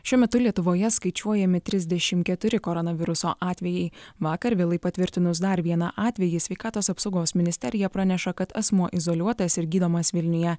šiuo metu lietuvoje skaičiuojami trisdešim keturi koronaviruso atvejai vakar vėlai patvirtinus dar vieną atvejį sveikatos apsaugos ministerija praneša kad asmuo izoliuotas ir gydomas vilniuje